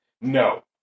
No